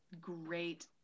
great